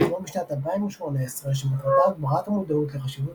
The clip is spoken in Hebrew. שהוקמה בשנת 2018 שמטרתה הגברת המודעות לחשיבות